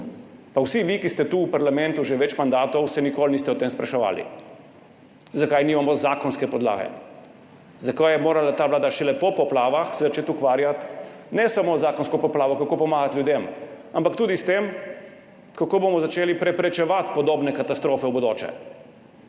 se vsi vi, ki ste tu v parlamentu že več mandatov, nikoli niste spraševali o tem, zakaj nimamo zakonske podlage, zakaj se je morala ta vlada šele po poplavah začeti ukvarjati ne samo z zakonsko podlago, kako pomagati ljudem, ampak tudi s tem, kako bomo začeli preprečevati podobne katastrofe v bodoče.